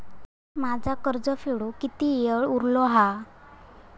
माझा कर्ज फेडुक किती वेळ उरलो हा?